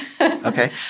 Okay